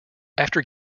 after